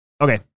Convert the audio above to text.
Okay